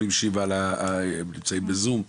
אני